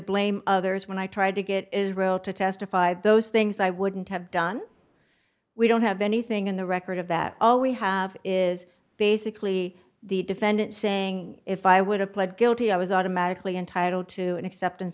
blame others when i tried to get israel to testify those things i wouldn't have done we don't have anything in the record of that all we have is basically the defendant saying if i would have pled guilty i was automatically entitled to an acceptance